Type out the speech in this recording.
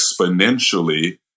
exponentially